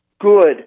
good